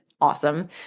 awesome